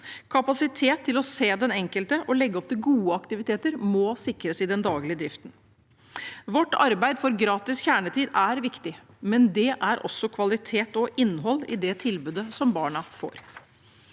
Kapasitet til å se den enkelte og legge opp til gode aktiviteter må sikres i den daglige drif ten. Vårt arbeid for gratis kjernetid er viktig, men det er også kvalitet og innhold i det tilbudet som barna får.